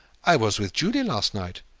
i was with julie last night.